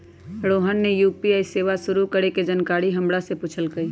रोहन ने यू.पी.आई सेवा शुरू करे के जानकारी हमरा से पूछल कई